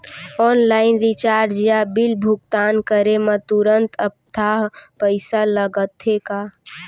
Online recharge या bill भुगतान करे मा तुरंत अक्तहा पइसा लागथे का?